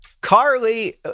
Carly